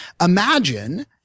imagine